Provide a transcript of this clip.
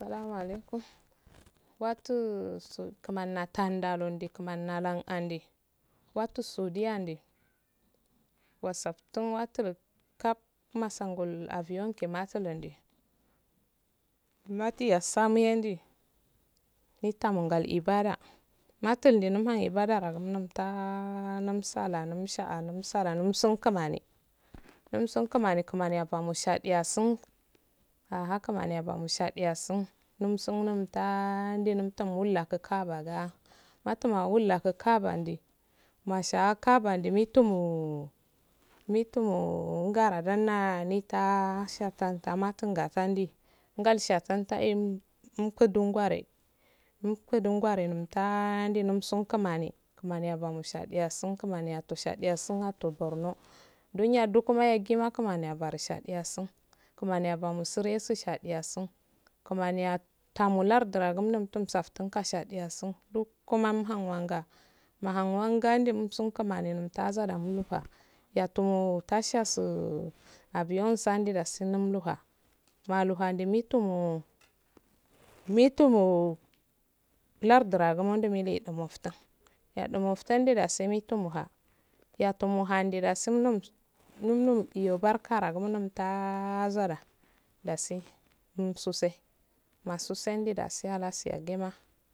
Salama alaikum wattuso kmami nattal nada lo neh kmani nadala ke wattuso ndiyadde wosafttun waturo kapp massangul abiiyyon ngel mawasuholdde matiyasandime mintanggal ibda mattul indine humm ibadah umssuh kmani kmani afowo shadiyyassun aha kmani afomo shadiyassun numssun tahh nudini tum mullah ka abah wattuwa mullah ka abah ndi masha kaaba ndi muttiu muttiu ngara dana ni ttah shatamatuh ngasadun ngalshattan taigm umhun dungware wuhundungware nwu tta mdunisun kmani kman afomo shadiya suun kmani attah shadiyassun atto borno ndo nro dug yaggima kman abaru shadiyassun kmai abomo suresu shadiyassuh kmani attamo lardu ragu ndunum satuh nka shadiyassun duggu umhah wanga mahum wauga umsulgu mani umssu ttahaza uluwa yatumo tasha su abiyyoh sawdiyason umula umulhawa mtuwo mittumo mittumo lardragu milu dimmofttun edimo fttn eeh daso mittomaha ettmo ha dasi yattimoha yahes dasi umlku umllu iyo barka rogumo umlu tahhzala dasi umsuse masumsedu dasi halasu yagimma.